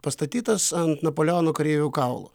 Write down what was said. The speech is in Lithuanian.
pastatytas ant napoleono kareivių kaulų